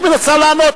היא מנסה לענות,